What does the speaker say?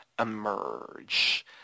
emerge